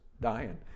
dying